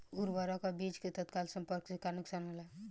उर्वरक अ बीज के तत्काल संपर्क से का नुकसान होला?